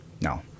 No